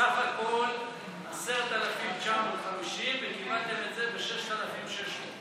סך הכול 10,950, וקיבלתם את זה ב-6,600.